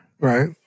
Right